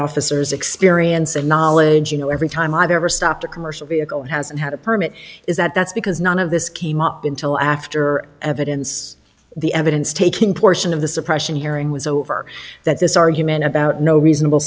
officers experience and knowledge you know every time i've ever stopped a commercial vehicle that hasn't had a permit is that that's because none of this came up until after evidence the evidence taken portion of the suppression hearing was over that this argument no reasonable